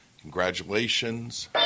Congratulations